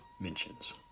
mentions